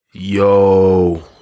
yo